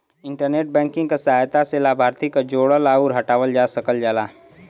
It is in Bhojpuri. इंटरनेट बैंकिंग क सहायता से लाभार्थी क जोड़ल आउर हटावल जा सकल जाला